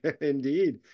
Indeed